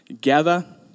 gather